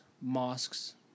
mosques